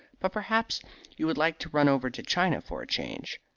but perhaps you would like to run over to china for a change?